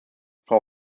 frau